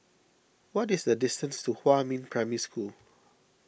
what is the distance to Huamin Primary School